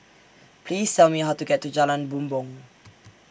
Please Tell Me How to get to Jalan Bumbong